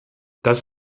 das